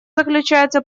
заключается